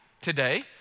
today